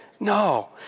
No